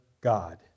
God